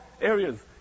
areas